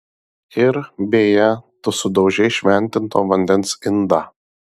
ir beje tu sudaužei šventinto vandens indą